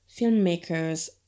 filmmakers